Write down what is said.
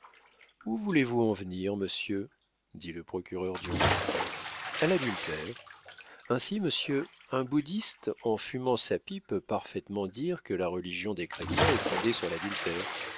où voulez-vous en venir monsieur dit le procureur du roi a l'adultère ainsi monsieur un bouddhiste en fumant sa pipe peut parfaitement dire que la religion des chrétiens est fondée sur l'adultère